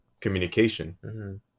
communication